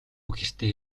гэртээ